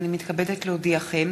הנני מתכבדת להודיעכם,